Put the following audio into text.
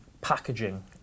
packaging